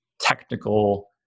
technical